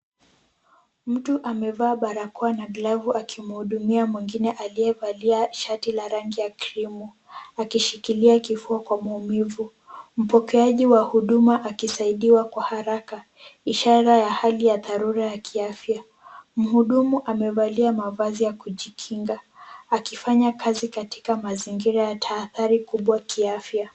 Mtu amevaa barakoa na glavu akimhudumia mwingine aliyevalia shati la rangi ya krimu akishikilia kifua kwa maumivu. Mpokeaji wa huduma akisaidiwa kwa haraka ishara ya hali ya dharura ya kiafya. Mhudumu amevalia mavazi ya kujikinga akifanya kazi katika mazingira ya tahadhari kubwa kiafya.